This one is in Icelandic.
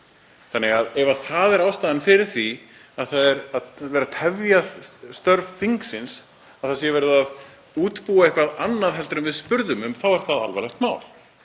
báðum um. Ef það er ástæðan fyrir því að það er verið að tefja störf þingsins, að það sé verið að útbúa eitthvað annað en við spurðum um, þá er það alvarlegt mál.